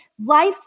life